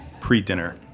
pre-dinner